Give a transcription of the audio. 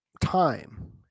time